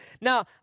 Now